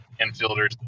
infielders